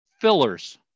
fillers